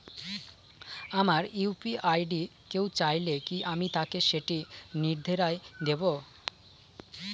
আমার UPI ID কেউ চাইলে কি আমি তাকে সেটি নির্দ্বিধায় দেব?